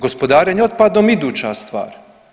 Gospodarenje otpadom iduća stvar.